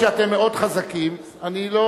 הואיל והשרה דיברה מהבמה והתייחסה אף היא, חבר